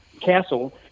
castle